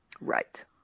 Right